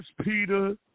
Peter